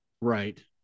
Right